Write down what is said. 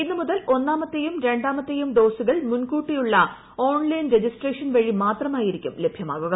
ഇന്നു മുതൽ ഒന്നാമത്തേയും രണ്ടാമത്തേയും ഡോസുകൾ മുൻകൂട്ടിയുള്ള ഓൺലൈൻ രജിസ്ട്രേഷൻ വഴി മാത്രമായിരിക്കും ലഭ്യമാകുക